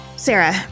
Sarah